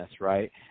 right